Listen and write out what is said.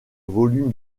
volume